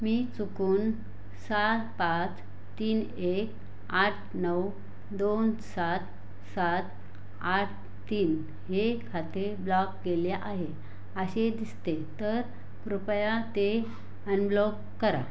मी चुकून सात पाच तीन एक आठ नऊ दोन सात सात आठ तीन हे खाते ब्लॉक केले आहे असे दिसते तर कृपया ते अनब्लॉक करा